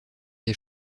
des